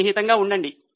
సన్నిహితంగా ఉండండి